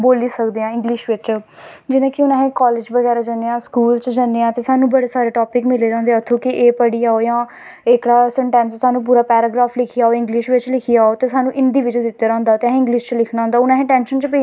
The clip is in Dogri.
जेह्का साढ़ा जम्मू कश्मीर दा अपनां जेह्ड़ा कल्चर ऐ साढ़े राजा महाराजा होईये जिनें अपनां अपनां बड़ा कम्म कीते जिनैं अपनीं इन्नी बिरासत लैत्ती ही जित्ती ही जेह्ड़ा साढ़ा अपनां राजपूत कलचर हां जां कोई मतलव जिन्ना बी जम्मू कश्मीर दा कल्चर हा